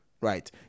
right